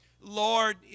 Lord